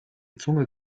zunge